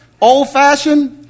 old-fashioned